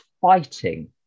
fighting